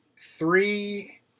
three